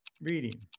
Reading